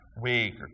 week